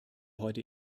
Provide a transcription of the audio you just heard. heute